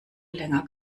länger